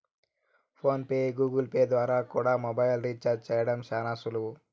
phone pay, Google Pay ద్వారా కూడా mobile recharge చేయడం శానా సులువు